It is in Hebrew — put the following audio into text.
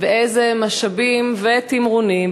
ואיזה משאבים ותמרונים,